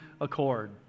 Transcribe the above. accord